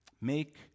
Make